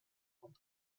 und